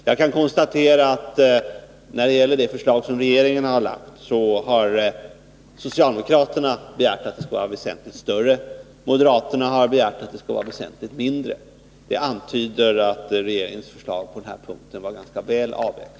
Jag kan när det gäller det förslag som regeringen har lagt konstatera att socialdemokraterna har begärt att summan skulle vara väsentligt större, medan moderaterna har begärt att den skulle vara väsentligt mindre. Det antyder att regeringens förslag på den här punkten var ganska väl avvägt.